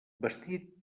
vestit